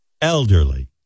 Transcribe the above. Elderly